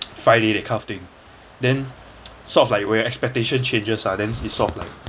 friday that kind of thing then sort of like where expectation changes ah then it's sort of like